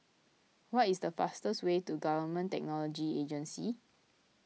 what is the fastest way to Government Technology Agency